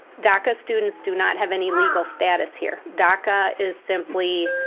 daca students do not have any legal status here. daca is simply